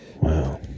Wow